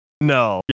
No